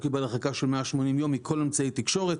הוא קיבל הרחקה של 180 יום מכל אמצעי תקשורת.